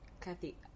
Kathy